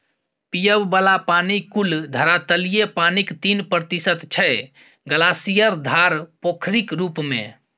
पीबय बला पानि कुल धरातलीय पानिक तीन प्रतिशत छै ग्लासियर, धार, पोखरिक रुप मे